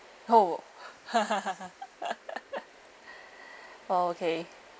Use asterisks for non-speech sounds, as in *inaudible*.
[ho] *laughs* *breath* oh okay